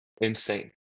insane